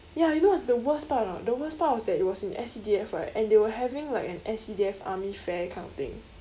ya you know what is the worst part or not the worst part was that it was in S_C_D_F right and they were having like an S_C_D_F army fair kind of thing